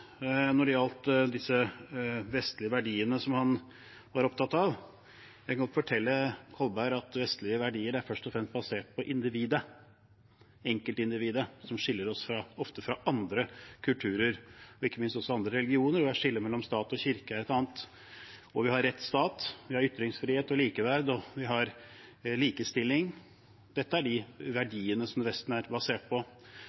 når det gjaldt disse vestlige verdiene som han var opptatt av. Jeg kan godt fortelle Kolberg at vestlige verdier først og fremst er basert på individet – enkeltindividet – noe som ofte skiller oss fra andre kulturer og ikke minst også andre religioner. Skillet mellom stat og kirke er et annet. Vi har rettsstat, vi har ytringsfrihet og likeverd, og vi har likestilling. Dette er de verdiene som Vesten er basert på.